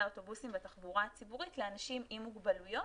האוטובוסים והתחבורה הציבורית לאנשים עם מוגבלויות,